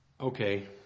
Okay